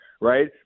right